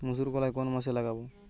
মুসুরকলাই কোন মাসে লাগাব?